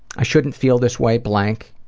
i shouldn't feel this way blank.